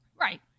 Right